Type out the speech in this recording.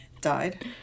died